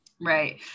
Right